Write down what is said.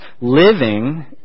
living